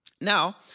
Now